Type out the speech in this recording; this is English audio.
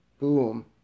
Boom